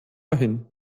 hin